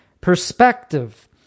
perspective